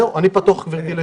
זהו גברתי, אני פתוח לשאלות.